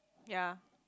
ya